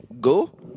Go